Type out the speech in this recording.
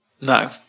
No